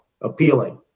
appealing